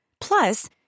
Plus